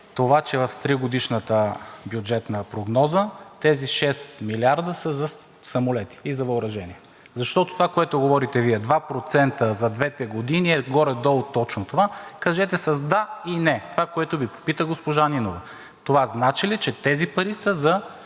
това, че в тригодишната бюджетна прогноза тези 6 милиарда са за самолети и за въоръжение, защото това, което говорите Вие: 2% за двете години, е горе-долу точно това. Кажете с да и не това, което Ви попита госпожа Нинова: това значи ли, че тези пари са за